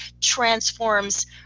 transforms